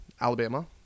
Alabama